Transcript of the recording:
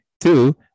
Two